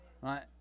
Right